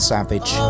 Savage